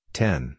ten